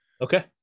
Okay